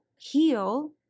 heal